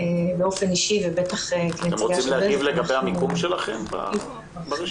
את רוצה להגיב לגבי המיקום שלכם ברשימה?